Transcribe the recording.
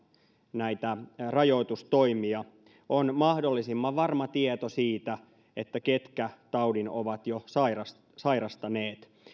näitä rajoitustoimia on mahdollisimman varma tieto siitä ketkä taudin ovat jo sairastaneet